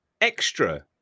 Extra